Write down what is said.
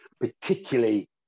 particularly